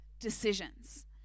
decisions